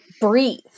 breathe